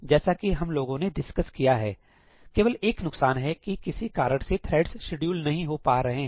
जैसा कि हम लोगों ने डिस्कस किया है केवल एक नुकसान है कि किसी कारण से थ्रेड्स शेड्यूल नहीं हो पा रहे हैं